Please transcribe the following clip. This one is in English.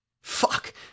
Fuck